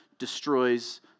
destroys